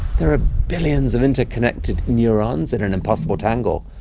there are billions of interconnected neurons in an impossible tangle.